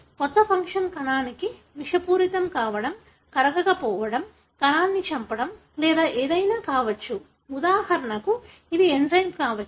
కొత్త ఫంక్షన్ కణానికి విషపూరితం కావడం కరగకపోవడం కణాన్ని చంపడం లేదా ఏదైనా కావచ్చు ఉదాహరణకు ఇది ఎంజైమ్ కావచ్చు